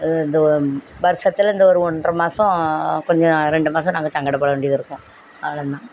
இந்த வருஷத்துல இந்த ஒரு ஒன்றரை மாதம் கொஞ்சம் ரெண்டு மாதம் நாங்கள் சங்கடப்பட வேண்டியது இருக்கும் அவ்வளோ தான்